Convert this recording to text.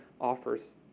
offers